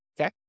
Okay